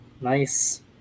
nice